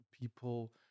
people